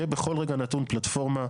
יהיה בכל רגע נתון פלטפורמה,